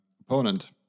opponent